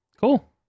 Cool